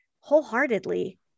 wholeheartedly